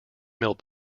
mill